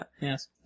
Yes